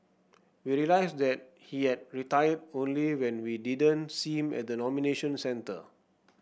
we realised that he had retired only when we didn't see him at the nomination centre